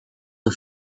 the